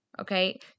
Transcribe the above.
okay